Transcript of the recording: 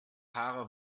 haare